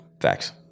Facts